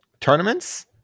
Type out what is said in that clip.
tournaments